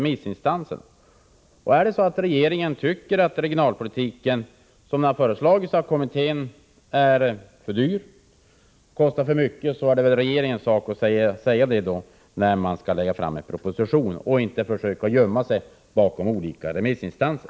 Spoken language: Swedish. Men om regeringen anser att regionalpolitiken — jag hänvisar i detta avseende till regionalpolitiska kommitténs förslag — kostar för mycket, är det väl regeringens sak att framföra detta i en proposition. Man skall således inte försöka gömma sig bakom olika remissinstanser.